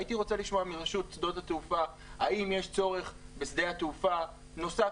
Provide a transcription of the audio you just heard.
הייתי רוצה לשמוע מרשות שדות התעופה האם יש צורך בשדה תעופה נוסף